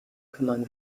kümmern